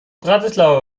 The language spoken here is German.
bratislava